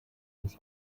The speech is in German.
uns